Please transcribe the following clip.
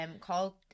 called